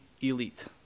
elite